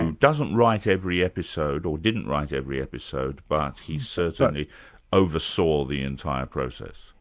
and doesn't write every episode, or didn't write yeah every episode, but he so certainly oversaw the entire process.